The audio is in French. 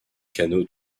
canots